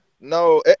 No